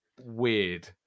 weird